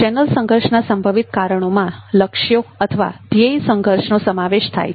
channel સંઘર્ષના સંભવિત કારણોમાં લક્ષ્યો અથવા ધ્યેય સંઘર્ષનો સમાવેશ થાય છે